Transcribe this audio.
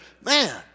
Man